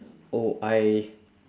oh I